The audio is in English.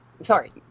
sorry